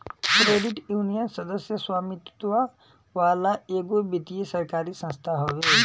credit union, सदस्य स्वामित्व वाला एगो वित्तीय सरकारी संस्था हवे